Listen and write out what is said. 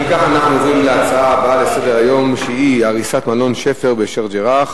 הנושא הבא: הריסת מלון "שפרד" בשיח'-ג'ראח,